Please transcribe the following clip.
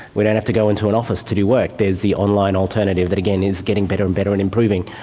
we don't have to go into an office to do work, there's the online alternative that again is getting better and better and improving.